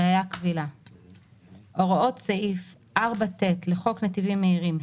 ראיה קבילה 52. הוראות סעיף 4ט לחוק נתיבים מהירים,